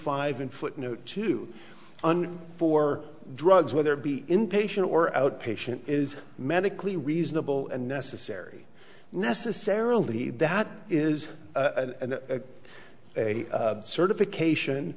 five in footnote to under four drugs whether it be inpatient or outpatient is medically reasonable and necessary necessarily that is a certification